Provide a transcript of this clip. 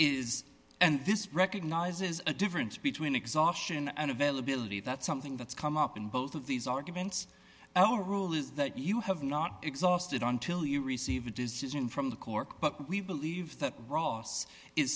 is and this recognizes a difference between exhaustion and availability that something that's come up in both of these arguments oh rule is that you have not exhausted until you receive a decision from the cork but we believe that ross is